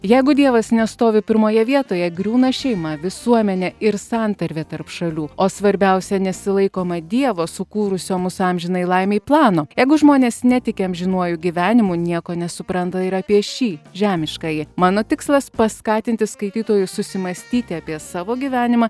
jeigu dievas nestovi pirmoje vietoje griūna šeima visuomenė ir santarvė tarp šalių o svarbiausia nesilaikoma dievo sukūrusio mus amžinai laimei plano jeigu žmonės netiki amžinuoju gyvenimu nieko nesupranta ir apie šį žemiškąjį mano tikslas paskatinti skaitytojus susimąstyti apie savo gyvenimą